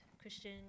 Christian